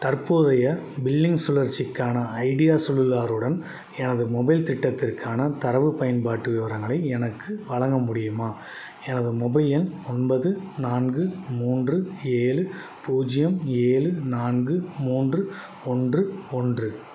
தற்போதைய பில்லிங் சுழற்சிக்கான Idea cellular உடன் எனது மொபைல் திட்டத்திற்கான தரவுப் பயன்பாட்டு விவரங்களை எனக்கு வழங்க முடியுமா எனது மொபைல் எண் ஒன்பது நான்கு மூன்று ஏழு பூஜ்ஜியம் ஏழு நான்கு மூன்று ஒன்று ஒன்று